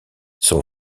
son